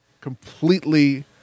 completely